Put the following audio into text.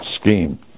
scheme